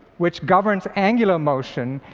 which governs angular motion,